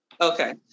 Okay